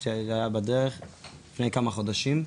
השלישי היה בדרך, לפני כמה חודשים.